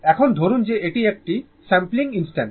এখন ধরুন যে এটি একটি স্যাম্পলিং ইনস্ট্যান্ট